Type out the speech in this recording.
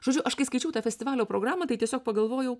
žodžiu aš kai skaičiau tą festivalio programą tai tiesiog pagalvojau